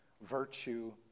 virtue